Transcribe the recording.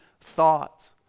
thoughts